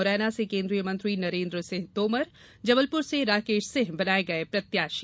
मुरैना से केन्द्रीय मंत्री नरेन्द्र सिंह तोमर जबलपुर से राकेश सिंह बनाये गये प्रत्याशी